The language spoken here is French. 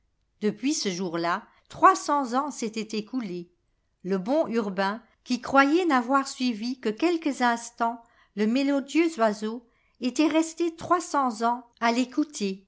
depuis ce jour-là trois cents ans s'étaient écoulés le bon urbain qui croyait n'avoir suivi que quelques instants le mélodieux oiseau était resté trois cents ans à l'écouter